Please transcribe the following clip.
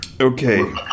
Okay